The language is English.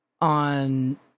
on